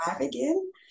again